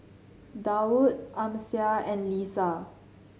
Daud Amsyar and Lisa